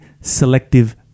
selective